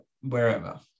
wherever